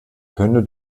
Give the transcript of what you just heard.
könne